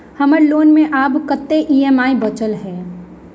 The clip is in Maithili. हम्मर लोन मे आब कैत ई.एम.आई बचल ह?